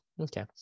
Okay